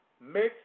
Mix